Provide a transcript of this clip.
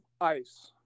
ice